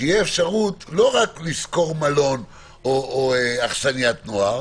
שתהיה אפשרות לא רק לשכור מלון או אכסניית נוער,